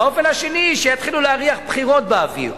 האופן השני, שיתחילו להריח בחירות באוויר,